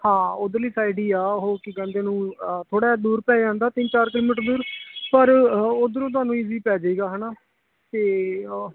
ਹਾਂ ਉਧਰਲੀ ਸਾਈਡ ਹੀ ਆ ਉਹ ਕੀ ਕਹਿੰਦੇ ਨੂੰ ਥੋੜ੍ਹਾ ਜਿਹਾ ਦੂਰ ਪੈ ਜਾਂਦਾ ਤਿੰਨ ਚਾਰ ਕਿਲੋਮੀਟਰ ਦੂਰ ਪਰ ਉਧਰੋਂ ਤੁਹਾਨੂੰ ਈਜ਼ੀ ਪੈ ਜਾਏਗਾ ਹੈ ਨਾ ਅਤੇ ਉਹ